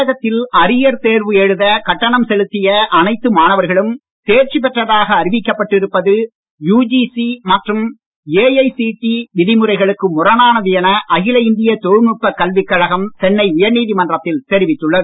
தமிழகத்தில் அரியர் தேர்வு எழுத கட்டணம் செலுத்திய அனைத்து மாணவர்களும் தேர்ச்சி பெற்றதாக அறிவிக்கப்பட்டிருப்பது யுஜிசி மற்றும் ஏஐசிடிஇ இன் விதிமுறைகளுக்கு முரணானது என அகில இந்திய தொழில்நுட்பக் கல்விக் கழகம் சென்னை உயர்நீதிமன்றத்தில் தெரிவித்துள்ளது